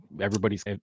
everybody's